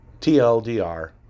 TLDR